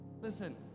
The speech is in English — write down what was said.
Listen